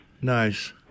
Nice